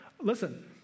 listen